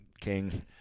king